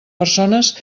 persones